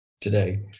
today